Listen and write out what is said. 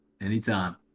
Anytime